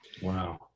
Wow